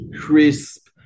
crisp